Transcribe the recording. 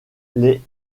les